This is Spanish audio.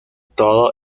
todo